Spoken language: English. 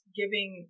giving